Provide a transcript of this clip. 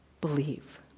believe